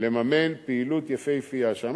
לממן פעילות יפהפייה שם.